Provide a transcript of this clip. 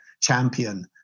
champion